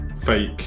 fake